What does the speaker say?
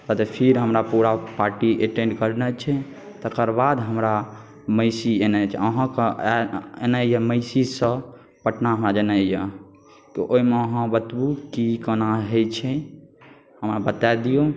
ओतऽ फेर हमरा पूरा पार्टी अटेन्ड करनाइ छै तकर बाद हमरा महिषी एनाइ छै अहाँके एनाइ अइ महिषीसँ पटना हमरा जेनाइ अइ तऽ ओहिमे अहाँ बतबू कि कोना होइ छै हमरा बता दिअ